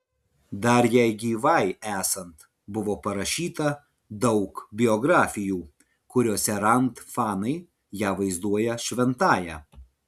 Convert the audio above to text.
dar jai gyvai esant buvo parašyta daug biografijų kuriose rand fanai ją vaizduoja šventąja